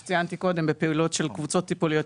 בפעילות של קבוצות טיפוליות,